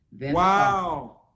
Wow